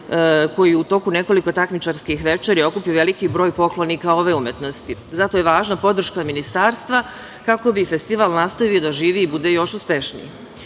koli u toku nekoliko takmičarskih večeri okupi veliki broj poklonika ove umetnosti. Zato je važna podrška ministarstva kako bi festival nastavio da živi i bude još uspešniji. Ovom